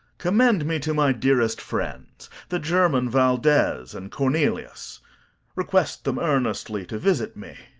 commend me to my dearest friends, the german valdes and cornelius request them earnestly to visit me.